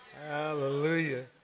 Hallelujah